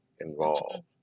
involved